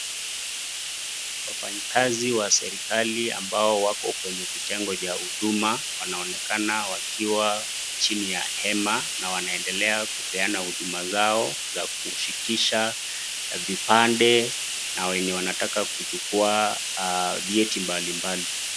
Wafanyikazi wa serikali ambao wako kwenye kitengo cha huduma, wanaonekana wakiwa chini ya hema na wanaendelea kupeana huduma zao za kufikisha vipande na wenye wanataka kuchukua vyeti mbalimbali.